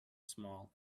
small